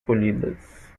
colhidas